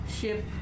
ship